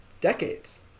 decades